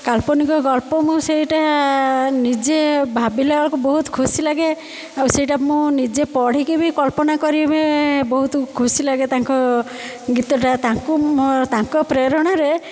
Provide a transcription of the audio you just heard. କାଳ୍ପନିକ ଗଳ୍ପ ମୁଁ ସେଇଟା ନିଜେ ଭାବିଲା ବେଳକୁ ବହୁତ ଖୁସି ଲାଗେ ଆଉ ସେଇଟା ମୁଁ ନିଜେ ପଢ଼ିକି ବି କଳ୍ପନା କରିବା ବହୁତ ଖୁସି ଲାଗେ ତାଙ୍କ ଗୀତଟା ତାଙ୍କୁ ତାଙ୍କ ପ୍ରେରଣାରେ